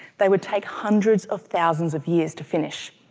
they would take hundreds of thousands of years to finish.